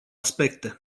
aspecte